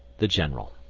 the general.